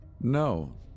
No